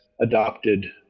adopted